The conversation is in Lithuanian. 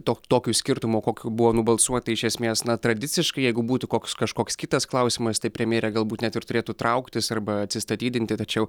to tokiu skirtumu kokiu buvo nubalsuota iš esmės na tradiciškai jeigu būtų koks kažkoks kitas klausimas tai premjerė galbūt net ir turėtų trauktis arba atsistatydinti tačiau